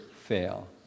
fail